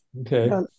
Okay